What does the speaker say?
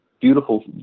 beautiful